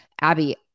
Abby